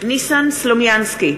ניסן סלומינסקי,